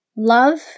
Love